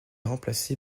remplacé